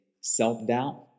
self-doubt